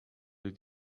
did